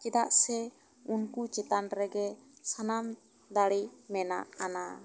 ᱪᱮᱫᱟᱜ ᱥᱮ ᱩᱱᱠᱩ ᱪᱮᱛᱟᱱ ᱨᱮ ᱜᱮ ᱥᱟᱱᱟᱢ ᱫᱟᱲᱮ ᱢᱮᱱᱟᱜ ᱟᱱᱟ